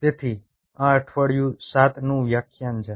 તેથી આ અઠવાડિયું 7 નું વ્યાખ્યાન છે